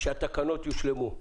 שהתקנות יושלמו,